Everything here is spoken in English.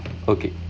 okay